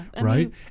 right